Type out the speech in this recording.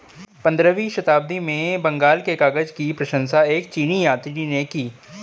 पंद्रहवीं शताब्दी में बंगाल के कागज की प्रशंसा एक चीनी यात्री ने की